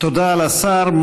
תודה לשר.